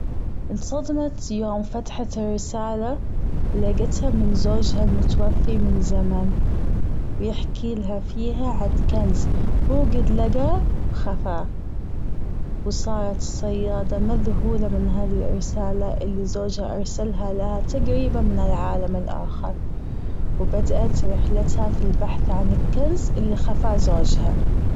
أنصدمت يوم فتحت الرسالة لجيتها من زوجها المتوفي من زمن بيحكيلها فيها عن كنز وجد لجاه وخفاه وصارت الصيادة مذهولة من هالرسالة اللي زوجها أرسلها لها تجريبا من العالم الآخر وبدأت رحلتها من البحث عن الكنز اللي خفاه زوجها.